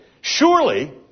Surely